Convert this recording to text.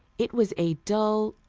it was a dull,